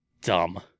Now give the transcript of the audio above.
Dumb